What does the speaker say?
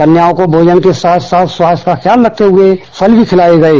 कन्याओं को भोजन के साथ साथ स्वास्थ्य का ख्याल रखते हुए फल भी खिलाये गये